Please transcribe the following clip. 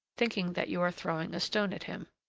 thinking that you are throwing a stone at him.